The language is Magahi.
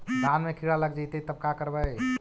धान मे किड़ा लग जितै तब का करबइ?